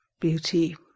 beauty